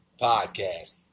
Podcast